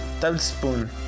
tablespoon